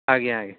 ଆଜ୍ଞା ଆଜ୍ଞା